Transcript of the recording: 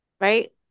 right